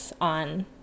on